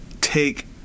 take